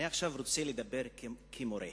אני רוצה לדבר עכשיו כמורה,